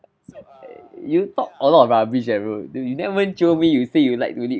you talk a lot of rubbish eh bro you never jio me you say you like to lead